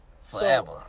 forever